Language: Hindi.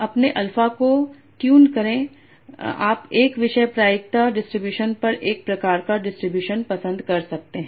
अपने अल्फ़ा को ट्यून करके आप 1 विषय प्रायिकता डिस्ट्रीब्यूशन पर एक प्रकार का डिस्ट्रीब्यूशन पसंद कर सकते हैं